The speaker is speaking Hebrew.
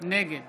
נגד